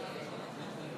התקבלה.